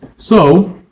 so,